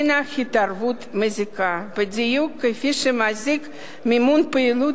היא התערבות מזיקה בדיוק כפי שמזיק מימון פעילות